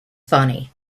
funny